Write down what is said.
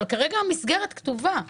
אבל כרגע המסגרת כתובה.